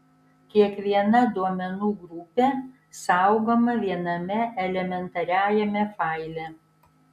kiekviena duomenų grupė saugoma viename elementariajame faile